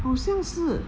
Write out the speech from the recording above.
好像是